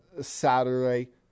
Saturday